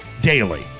daily